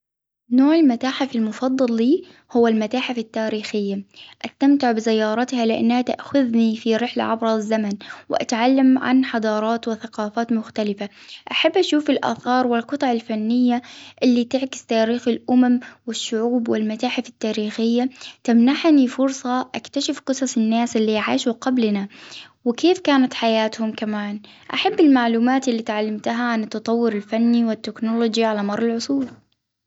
نوع المتاحف المفضل لي هو المتاحف التاريخية، أستمتع بزيارتها لأنها تأخذني في رحلة عبر الزمن، وأتعلم عن حضارات وثقافات مختلفة، أحب أشوف الآثار والقطع الفنية اللي تعكس تاريخ الأمم والشعوب ، والمتاحف التاريخية تمنحني فرصة أكتشف قصص الناس اللي عاشوا قبلنا، وكيف كانت حياتهم كمان؟ أحب المعلومات اللي تعلمتها عن التطور الفني والتكنولوجي على مر العصور.